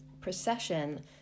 procession